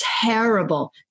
terrible